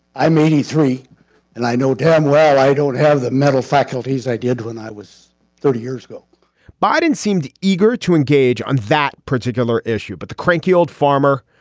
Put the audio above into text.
i'm eighty three and i know damn well i don't have the mental faculties i did when i was thirty years ago biden seemed eager to engage on that particular issue. but the cranky old farmer,